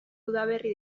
udaberri